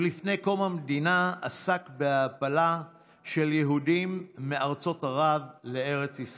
ולפני קום המדינה עסק בהעפלה של יהודים מארצות ערב לארץ ישראל.